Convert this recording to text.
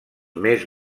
més